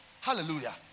Hallelujah